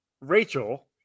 Rachel